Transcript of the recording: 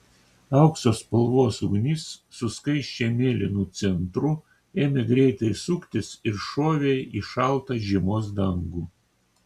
aukso spalvos ugnis su skaisčiai mėlynu centru ėmė greitai suktis ir šovė į šaltą žiemos dangų